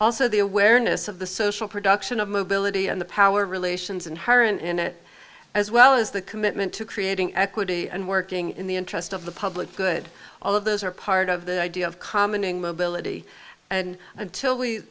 also the awareness of the social production of mobility and the power relations inherent in it as well as the commitment to creating equity and working in the interest of the public good all of those are part of the idea of commenting mobility and until we